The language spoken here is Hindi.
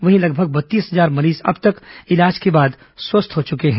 वहीं लगभग बत्तीस हजार मरीज अब तक इलाज के बाद स्वस्थ हो चुके हैं